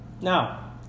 Now